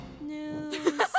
News